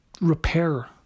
repair